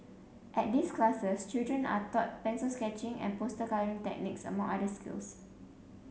at these classes children are taught pencil sketching and poster colouring techniques among other skills